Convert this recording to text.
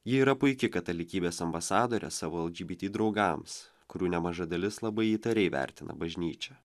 ji yra puiki katalikybės ambasadorė savo lgbt draugams kurių nemaža dalis labai įtariai vertina bažnyčią